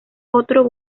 otros